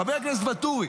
חבר הכנסת ואטורי,